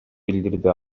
билдирди